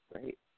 Great